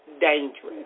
dangerous